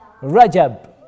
Rajab